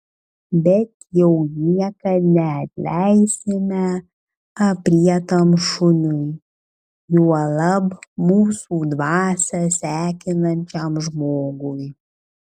bet jau niekad neatleisime aprietam šuniui juolab mūsų dvasią sekinančiam žmogui